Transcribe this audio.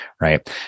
right